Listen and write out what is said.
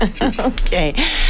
Okay